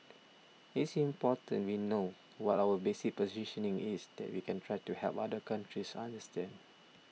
it's important we know what our basic positioning is then we can try to help other countries understand